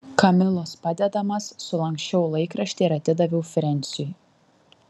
kamilos padedamas sulanksčiau laikraštį ir atidaviau frensiui